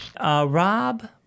Rob